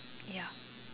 ya